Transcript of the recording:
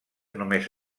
només